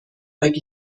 اگه